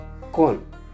corn